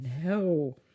No